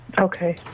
okay